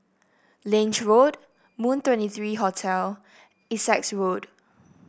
Lange Road Moon Twenty three Hotel Essex Road